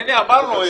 --- הנה, אמרנו.